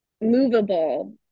movable